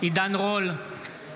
עידן רול, אינו נוכח